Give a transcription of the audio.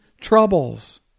troubles